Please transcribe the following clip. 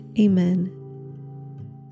Amen